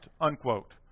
Unquote